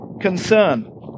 concern